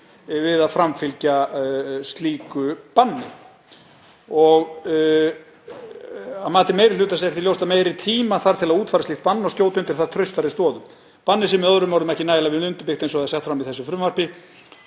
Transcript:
við að framfylgja slíku banni. Að mati meiri hlutans er því ljóst að meiri tíma þarf til að útfæra slíkt bann og skjóta undir það traustari stoðum. Bannið sé með öðrum orðum ekki nægilega vel undirbyggt eins og það er sett fram í þessu frumvarpi.